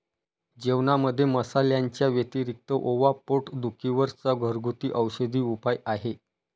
जेवणामध्ये मसाल्यांच्या व्यतिरिक्त ओवा पोट दुखी वर चा घरगुती औषधी उपाय आहे